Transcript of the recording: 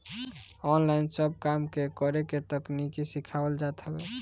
online सब काम के करे के तकनीकी सिखावल जात हवे